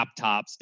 laptops